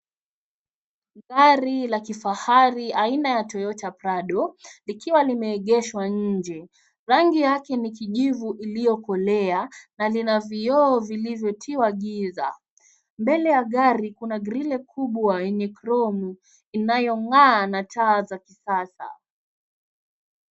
Gari la kifahari, aina ya Toyota Prado, likiwa limeegeshwa nje. Rangi yake ni kijivu iliyokolea, na lina vioo vilivyotiwa giza. Mbele ya gari, kuna grille kubwa yenye kronu, inayong'aa na taa za kisasa.